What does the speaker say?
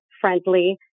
friendly